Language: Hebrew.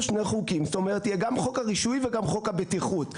שני חוקים יהיה גם חוק הרישוי וגם חוק הבטיחות.